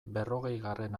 berrogeigarren